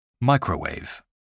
Microwave